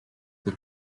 the